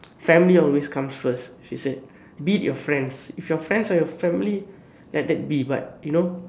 family always comes first she said beat your friends if your friends are your family let that be but you know